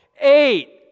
Eight